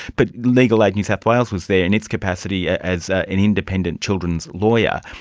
but legal aid new south wales was there in its capacity as an independent children's lawyer.